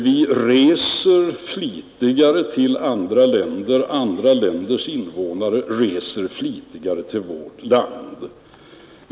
Vi reser flitigare till andra länder, och andra länders invånare reser flitigare till vårt land.